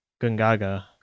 gungaga